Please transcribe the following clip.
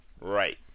right